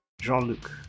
Jean-Luc